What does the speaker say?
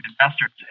investors